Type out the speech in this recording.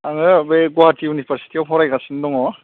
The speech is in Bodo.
आङो बै गुवाहाटि इउनिभार्सिटियाव फरायगासिनो दङ